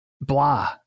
blah